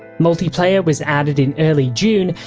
multiplayer was added in early june,